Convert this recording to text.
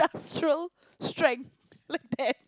industrial strength like that